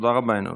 תודה רבה, ינון.